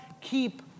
keep